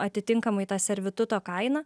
atitinkamai tą servituto kainą